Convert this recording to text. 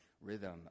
rhythm